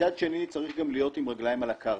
מצד שני, צריך גם להיות עם רגליים על הקרקע.